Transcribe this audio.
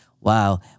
Wow